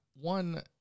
one